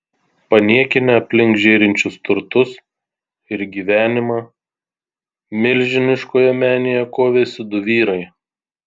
paniekinę aplink žėrinčius turtus ir gyvenimą milžiniškoje menėje kovėsi du vyrai